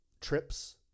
trips